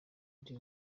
ari